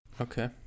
Okay